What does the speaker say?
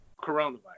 coronavirus